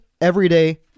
everyday